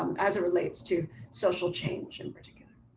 um as it relates to social change in particular.